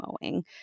mowing